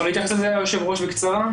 אפשר להתייחס לזה, היושב ראש, בקצרה?